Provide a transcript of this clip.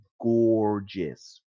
gorgeous